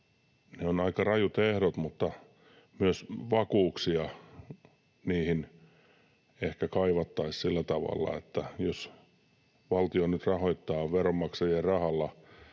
Ne ovat aika rajut ehdot, mutta myös vakuuksia niihin ehkä kaivattaisiin sillä tavalla, että jos valtio nyt rahoittaa veronmaksajien rahalla